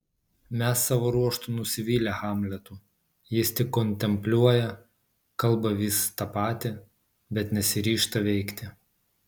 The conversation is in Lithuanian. mes savo ruožtu nusivylę hamletu jis tik kontempliuoja kalba vis tą patį bet nesiryžta veikti